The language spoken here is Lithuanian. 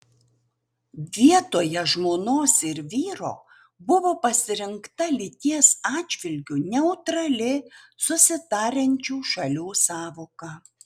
vietoje žmonos ir vyro buvo pasirinkta lyties atžvilgiu neutrali susitariančių šalių sąvoka